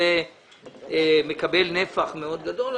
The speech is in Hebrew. שזה מקבל נפח מאוד גדול,